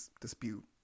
dispute